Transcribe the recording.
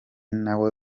nawe